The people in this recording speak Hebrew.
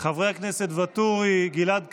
חברי הכנסת ואטורי וגלעד קריב.